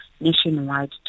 nationwide